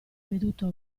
veduto